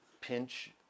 pinch